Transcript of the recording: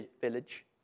village